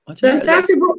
fantastic